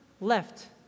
left